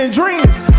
dreams